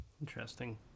interesting